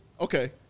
Okay